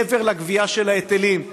מעבר לגבייה של ההיטלים,